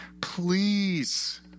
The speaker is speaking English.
please